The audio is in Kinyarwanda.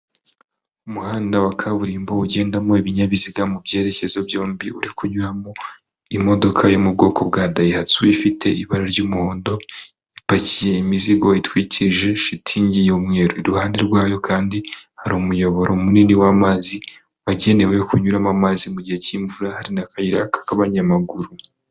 Umuhanda wa kaburimbo ugendamo ibinyabiziga mu byerekezo byombi uri kunyuramo imodoka yo mu bwoko bwa dayihatsu ifite ibara ry'umuhondo, ipakiye imizigo itwikije shitingi y'umweru, iruhande rwayo kandi hari umuyoboro munini w'amazi wagenewe kunyuramo amazi gihe cy'imvura, hari n'akayira k'abanyamaguru.